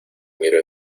miró